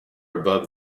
above